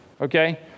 okay